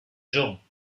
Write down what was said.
gens